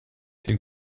den